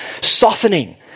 softening